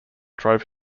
drove